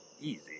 Easy